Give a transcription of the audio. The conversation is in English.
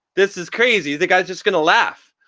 this is crazy. the guy's just gonna laugh.